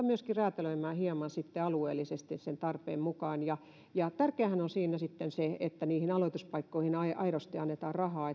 myöskin räätälöimään hieman sitten alueellisesti tarpeen mukaan tärkeäähän on siinä sitten se että niihin aloituspaikkoihin aidosti annetaan rahaa